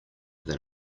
than